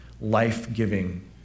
life-giving